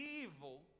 evil